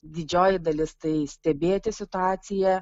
didžioji dalis tai stebėti situaciją